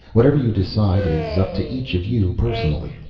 whatever you decide is up to each of you personally.